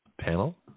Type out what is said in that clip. Panel